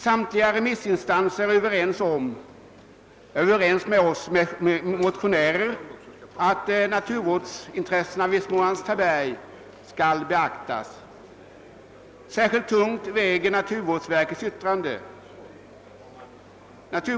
Samtliga remissinstanser är Överens med oss motionärer om att naturvårdsintressena vid Smålands Taberg skall beaktas. Särskilt tungt väger naturvårdsverkets yttrande.